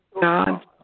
God